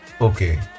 Okay